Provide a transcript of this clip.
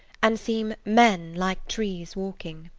and seem men like trees walking.